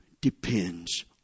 depends